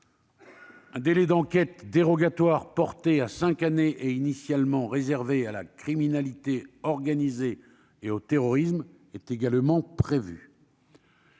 un délai d'enquête dérogatoire porté à cinq années, et initialement réservé à la criminalité organisée et au terrorisme. Il me semble